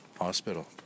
hospital